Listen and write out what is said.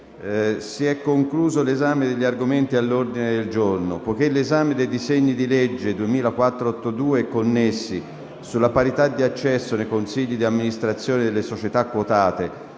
si è concluso l'esame degli argomenti all'ordine del giorno. Poiché l'esame dei disegni di legge nn. 2482 e connessi sulla parità di accesso nei consigli di amministrazione delle società quotate